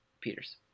peters